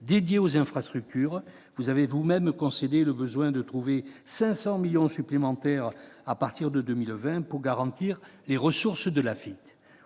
dédiés aux infrastructures. Vous avez vous-même concédé le besoin de trouver 500 millions d'euros supplémentaires à partir de 2020 pour garantir les ressources de l'Afitf.